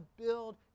build